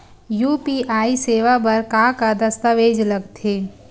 UPI सेवा बर का का दस्तावेज लगथे?